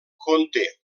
conté